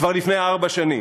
כבר לפני ארבע שנים.